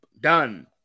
done